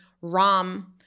Ram